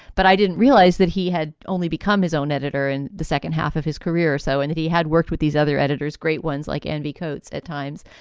but i didn't realize that he had only become his own editor in the second half of his career. so and he had worked with these other editors, great ones like andy coats at times.